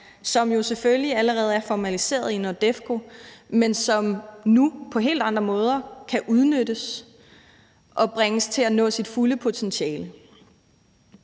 som jo selvfølgelig allerede er formaliseret i NORDEFCO, men som nu på helt andre måder kan udnyttes og bringes til at nå sit fulde potentiale.